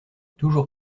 toujours